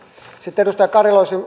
sitten edustaja karille olisin